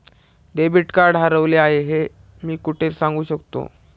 Debit card हरवले आहे हे मी कोठे सांगू शकतो?